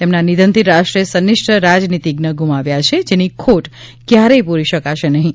તેમના નિધનથી રાષ્ટ્રે સંનિષ્ઠ રાજનિતિજ્ઞ ગુમાવ્યા છે જેની ખોટ ક્યારેય પુરી શકાશે નહીં